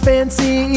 Fancy